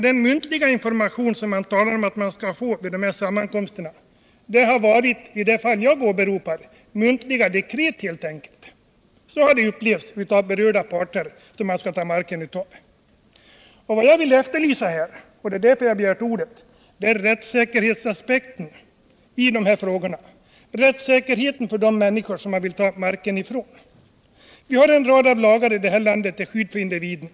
Den muntliga information som skall lämnas vid sammankomsterna har i de fall jag åberopar helt enkelt bestått i muntliga dekret. Så har de upplevts av berörda parter som skulle berövas sin mark. Vad jag vill belysa — det är därför som jag har begärt ordet — är rättssäkerhetsaspekten i de här frågorna, rättssäkerheten för de människor som man vill ta marken ifrån. Vi har i vårt land en rad lagar till skydd för individen.